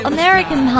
American